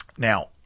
Now